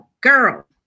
Girl